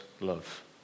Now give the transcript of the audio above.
love